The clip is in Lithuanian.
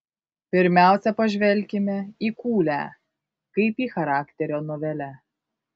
pirmiausia pažvelkime į kūlę kaip į charakterio novelę